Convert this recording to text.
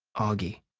auggie.